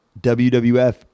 WWF